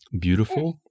beautiful